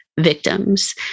victims